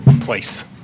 place